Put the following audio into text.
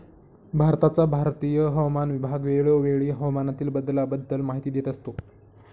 भारताचा भारतीय हवामान विभाग वेळोवेळी हवामानातील बदलाबद्दल माहिती देत असतो